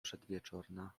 przedwieczorna